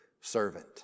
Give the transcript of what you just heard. servant